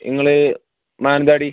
നമ്മൾ മാനന്തവാടി